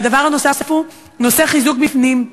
והדבר הנוסף הוא נושא חיזוק מבנים,